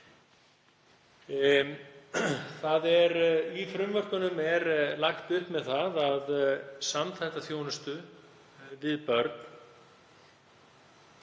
plóg. Í frumvörpunum er lagt upp með það að samþætta þjónustu við börn